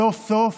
סוף-סוף,